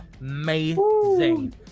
Amazing